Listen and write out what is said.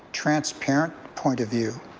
transparent point of view,